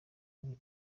ari